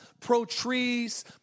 pro-trees